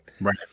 right